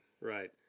Right